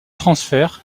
transfert